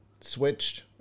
Switched